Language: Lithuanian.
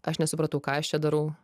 aš nesupratau ką aš čia darau